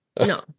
No